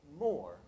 more